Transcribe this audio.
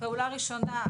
ראשית,